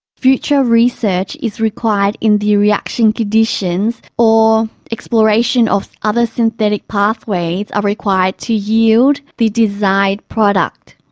future research is required in the reaction conditions or exploration of other synthetic pathways are required to yield the desired product.